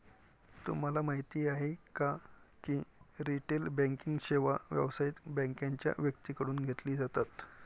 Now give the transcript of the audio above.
तुम्हाला माहिती आहे का की रिटेल बँकिंग सेवा व्यावसायिक बँकांच्या व्यक्तींकडून घेतली जातात